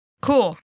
Cool